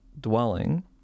dwelling